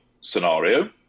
scenario